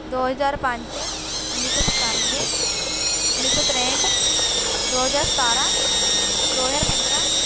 ਦੋ ਹਜ਼ਾਰ ਪੰਜ ਉੱਨੀ ਸੌ ਪਚਾਨਵੇਂ ਉੱਨੀ ਸੌ ਤ੍ਰੇਹਠ ਦੋ ਹਜ਼ਾਰ ਸਤਾਰ੍ਹਾਂ ਦੋ ਹਜ਼ਾਰ ਪੰਦਰ੍ਹਾਂ